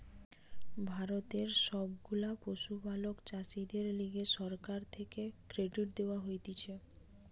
ভারতের সব গুলা পশুপালক চাষীদের লিগে সরকার থেকে ক্রেডিট দেওয়া হতিছে